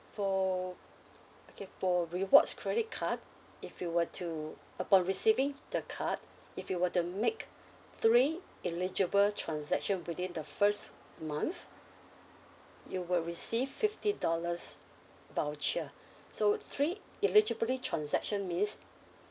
for okay for rewards credit card if you were to upon receiving the card if you were to make three eligible transaction within the first month you will receive fifty dollars voucher so three eligibly transaction means